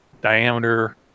diameter